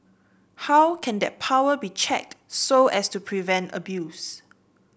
how can that power be checked so as to prevent abuse